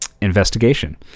investigation